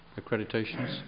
accreditations